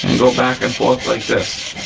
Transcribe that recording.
go back and forth like this,